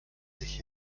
sich